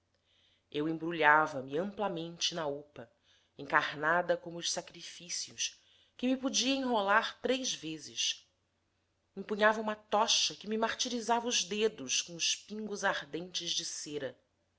me embrulhava amplamente na opa encarnada como os sacrifícios que me podia enrolar três vezes empunhava uma tocha que me martirizava os dedos com os pingos ardentes de cera